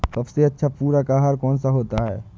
सबसे अच्छा पूरक आहार कौन सा होता है?